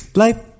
life